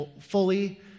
fully